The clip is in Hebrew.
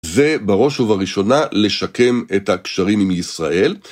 זה בראש ובראשונה לשקם את הקשרים עם ישראל.